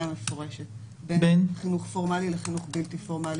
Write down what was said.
מפורשת בין חינוך פורמלי לבין חינוך בלתי פורמלי.